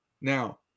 Now